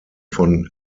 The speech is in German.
von